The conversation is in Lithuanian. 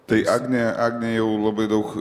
tai agnė agnė jau labai daug